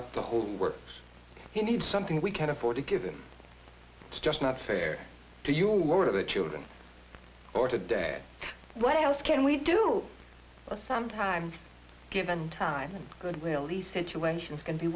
up the whole works you need something we can't afford to give him it's just not fair to your to the children or to dad what else can we do but sometimes given time and good will these situations can be